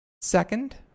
Second